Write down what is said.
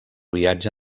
viatge